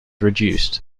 reduced